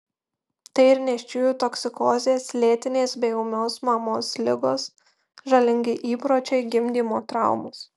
tai ir nėščiųjų toksikozės lėtinės bei ūmios mamos ligos žalingi įpročiai gimdymo traumos